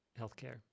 healthcare